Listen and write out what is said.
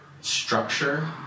structure